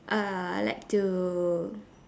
uh I like to